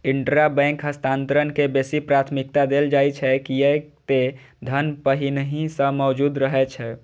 intrabank हस्तांतरण के बेसी प्राथमिकता देल जाइ छै, कियै ते धन पहिनहि सं मौजूद रहै छै